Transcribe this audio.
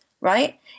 right